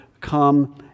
Come